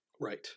Right